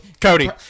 Cody